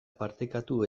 partekatu